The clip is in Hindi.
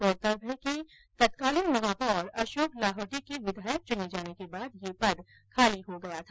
गौरतलब है कि तत्कालीन महापौर अशोक लाहोटी के विधायक चुने जाने के बाद यह पद खाली हो गया था